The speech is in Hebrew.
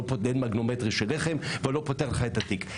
הוא לא שם מגנומטר ללחם ולא פותחים לך את התיק,